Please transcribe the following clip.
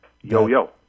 yo-yo